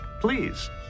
please